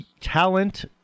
talent